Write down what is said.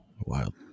Wild